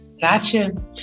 Gotcha